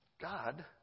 God